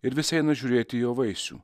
ir visi eina žiūrėti jo vaisių